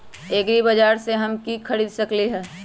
एग्रीबाजार से हम की की खरीद सकलियै ह?